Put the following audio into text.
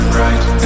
right